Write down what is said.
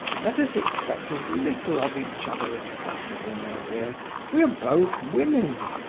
let us expect as little of each other as possible, my dear we are both women,